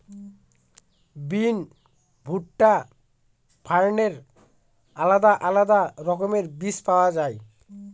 বিন, ভুট্টা, ফার্নের আলাদা আলাদা রকমের বীজ পাওয়া যায়